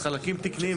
מאיפה קונים,